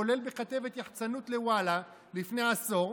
כולל בכתבת יחצנות לוואלה לפני עשור,